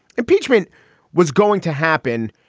impeachment was going to happen.